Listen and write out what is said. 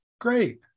Great